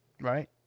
Right